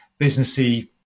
businessy